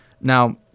Now